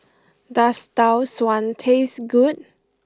does Tau Suan taste good